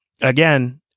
again